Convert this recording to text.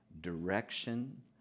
direction